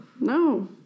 no